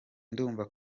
ndumva